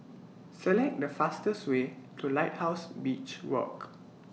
Select The fastest Way to Lighthouse Beach Walk